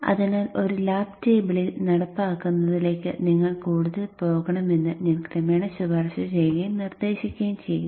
അതിനാൽ ഒരു ലാബ് ടേബിളിൽ നടപ്പിലാക്കുന്നതിലേക്ക് നിങ്ങൾ കൂടുതൽ പോകണമെന്ന് ഞാൻ ക്രമേണ ശുപാർശ ചെയ്യുകയും നിർദ്ദേശിക്കുകയും ചെയ്യും